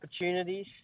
opportunities